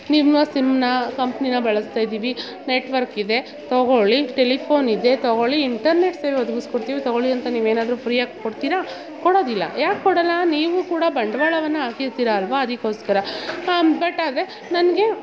ನಿಮ್ಮ ಸಿಮ್ನ ಕಂಪ್ನಿನ ಬಳಸ್ತಾಯಿದ್ದೀವಿ ನೆಟ್ವರ್ಕ್ ಇದೆ ತೊಗೊಳ್ಳಿ ಟೆಲಿಫೋನಿದೆ ತೊಗೊಳ್ಳಿ ಇಂಟರ್ನೆಟ್ ಸೇವೆ ಒದಗಿಸ್ಕೊಡ್ತೀವಿ ತೊಗೊಳ್ಳಿ ಅಂತ ನೀವು ಏನಾದರೂ ಫ್ರೀಯಾಗಿ ಕೊಡ್ತೀರಾ ಕೊಡೋದಿಲ್ಲ ಯಾಕೆ ಕೊಡೋಲ್ಲ ನೀವು ಕೂಡ ಬಂಡವಾಳ ಹಾಕಿರ್ತಿರ ಅಲ್ವ ಅದಕ್ಕೋಸ್ಕರ ಬಟ್ ಅದೆ ನನಗೆ